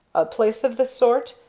a place of this sort,